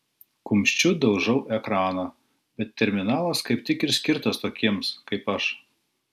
kumščiu daužau ekraną bet terminalas kaip tik ir skirtas tokiems kaip aš